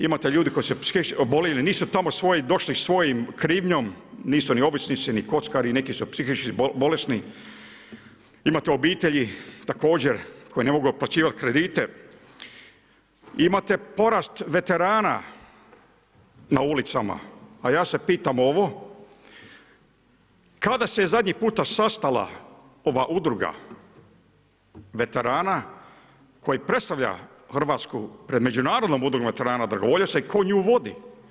Imate ljudi koju su psihički oboljeli, nisu tamo došli svojom krivnjom, nisu ni ovisnici, ni kockari, neki psihički bolesni, imate obitelji također koje ne mogu otplaćivati kredite, imate porast veterana na ulicama a ja se pitam ovo, kada se zadnji puta sastala ova udruga veterana koji predstavlja pred Međunarodnom udrugom veterana dragovoljaca i tko nju vodi?